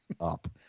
up